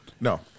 No